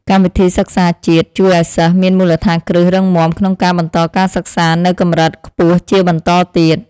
កម្មវិធីសិក្សាជាតិជួយឱ្យសិស្សមានមូលដ្ឋានគ្រឹះរឹងមាំក្នុងការបន្តការសិក្សានៅកម្រិតខ្ពស់ជាបន្តទៀត។